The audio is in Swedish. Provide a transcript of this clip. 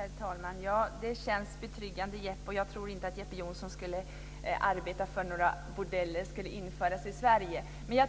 Herr talman! Det känns betryggande. Jag tror inte att Jeppe Johnsson skulle arbeta för att bordeller skulle införas i Sverige. Men